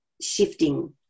shifting